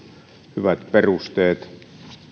hyvät perusteet